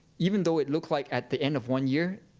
even though it looked like, at the end of one year,